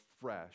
fresh